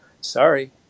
sorry